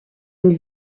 une